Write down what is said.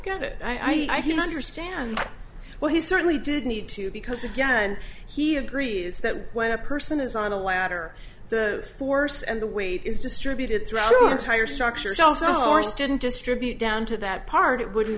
get it i can understand well he certainly did need to because again he agrees that when a person is on a ladder the force and the weight is distributed throughout the entire structure and also or student distribute down to that part it would